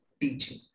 teaching